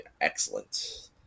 excellent